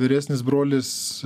vyresnis brolis